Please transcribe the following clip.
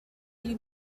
you